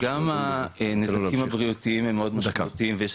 אז גם הנזקים הבריאותיים הם מאוד משמעותיים ויש